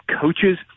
coaches